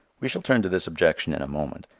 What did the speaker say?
we shall turn to this objection in a moment.